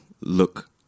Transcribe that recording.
look